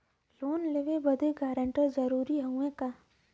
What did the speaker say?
Loan लेवब खातिर guarantor जरूरी हाउ का?